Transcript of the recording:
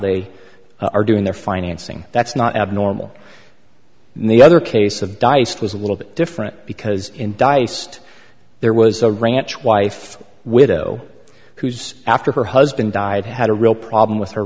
they are doing their financing that's not abnormal and the other case of diced was a little bit different because in diced there was a ranch wife widow who's after her husband died had a real problem with her